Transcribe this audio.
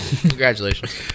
Congratulations